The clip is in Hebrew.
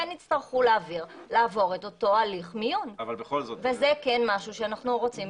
יצטרכו לעבור את אותו הליך מיון וזה כן משהו שאנחנו רוצים